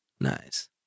Nice